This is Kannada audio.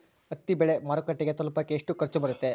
ಹತ್ತಿ ಬೆಳೆ ಮಾರುಕಟ್ಟೆಗೆ ತಲುಪಕೆ ಎಷ್ಟು ಖರ್ಚು ಬರುತ್ತೆ?